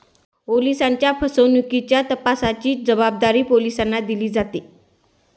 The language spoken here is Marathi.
ओलिसांच्या फसवणुकीच्या तपासाची जबाबदारी पोलिसांना दिली जाते